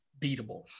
beatable